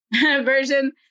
version